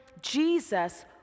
Jesus